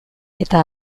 eta